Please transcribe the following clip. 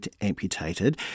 amputated